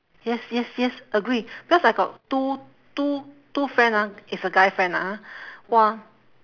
yes yes yes agree because I got two two two friend ah it's a guy friend ah ha